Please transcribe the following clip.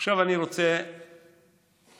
עכשיו אני רוצה לצטט.